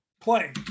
play